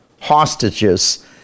hostages